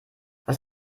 was